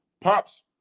pops